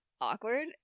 awkward